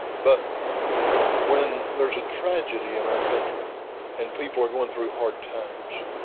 but when there's a tragedy in our country and people are going through hard times,